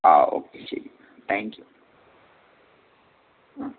ആ ഓക്കെ ശരി thank you ആ